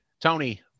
Tony